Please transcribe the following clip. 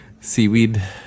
Seaweed